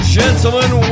gentlemen